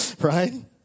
right